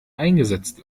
eingesetzt